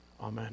Amen